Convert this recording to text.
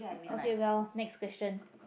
okay well next question